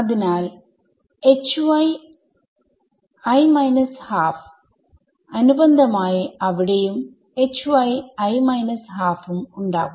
അതിനാൽ Hyi ½ അനുബന്ധമായി അവിടെയും Hyi ½ഉം ഉണ്ടാവും